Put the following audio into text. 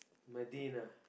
Madinah